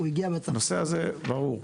הנושא הזה ברור.